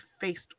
faced